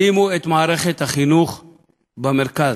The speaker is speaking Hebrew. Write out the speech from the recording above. שימו את מערכת החינוך במרכז.